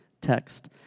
text